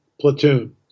platoon